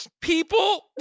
people